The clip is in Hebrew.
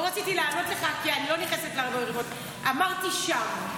לא רציתי לענות לך כי אני לא נכנסת, אמרתי שם.